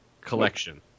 collection